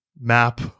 map